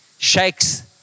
shakes